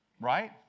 right